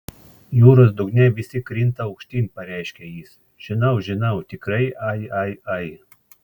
jūros dugne visi krinta aukštyn pareiškė jis žinau žinau tikrai ai ai ai